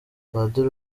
padiri